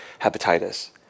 hepatitis